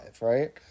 right